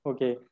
Okay